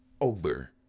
over